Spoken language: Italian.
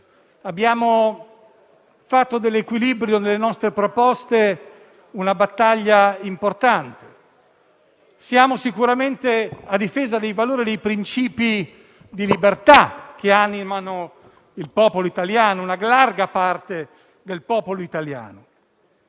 abbiamo fatto dell'equilibrio nelle nostre proposte una battaglia importante. Siamo sicuramente a difesa dei valori e dei principi di libertà che animano una larga parte del popolo italiano.